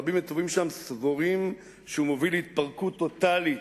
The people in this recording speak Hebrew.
רבים וטובים שם סבורים שהוא מוביל להתפרקות טוטלית,